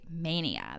Mania